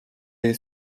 jej